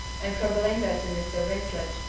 and from belinda to mr. vincent,